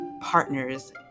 partners